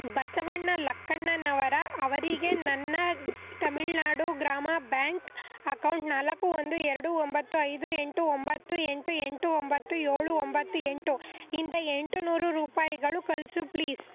ಬಸವಣ್ಣ ಲಕ್ಕಣ್ಣನವರ ಅವರಿಗೆ ನನ್ನ Tamil Nadu Grama bank account ನಾಲ್ಕು ಒಂದು ಎರಡು ಒಂಬತ್ತು ಐದು ಎಂಟು ಒಂಬತ್ತು ಎಂಟು ಎಂಟು ಒಂಬತ್ತು ಏಳು ಒಂಬತ್ತು ಎಂಟು ಇಂದ ಎಂಟು ನೂರು ರೂಪಾಯಿಗಳು ಕಳಿಸು ಪ್ಲೀಸ್